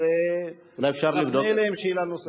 אז נפנה להם שאלה נוספת.